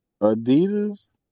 Adidas